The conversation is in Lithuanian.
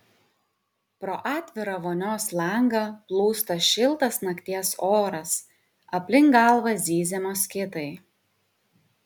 pro atvirą vonios langą plūsta šiltas nakties oras aplink galvą zyzia moskitai